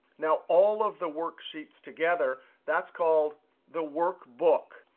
now, all of the worksheets together, that's called the workbook.